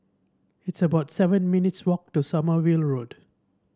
it's about seven minutes' walk to Sommerville Road